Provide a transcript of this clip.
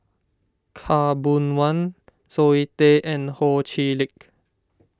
Khaw Boon Wan Zoe Tay and Ho Chee Lick